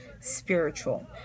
spiritual